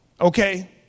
okay